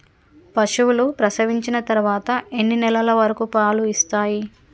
పశువులు ప్రసవించిన తర్వాత ఎన్ని నెలల వరకు పాలు ఇస్తాయి?